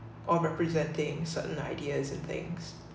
or representing certain ideas and things